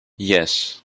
yes